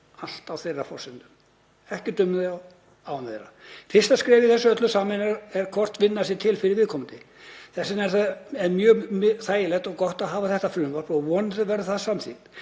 Allt á þeirra forsendum, ekkert unnið án þeirra. Fyrsta skrefið í þessu öllu saman er hvort vinna sé til fyrir viðkomandi. Þess vegna er mjög þægilegt og gott að hafa þetta frumvarp og vonandi verður það samþykkt.